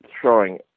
throwing